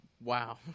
Wow